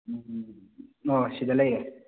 ꯎꯝ ꯑꯣ ꯁꯤꯗ ꯂꯩꯔꯦ